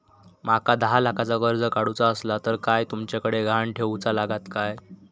माका दहा लाखाचा कर्ज काढूचा असला तर काय तुमच्याकडे ग्हाण ठेवूचा लागात काय?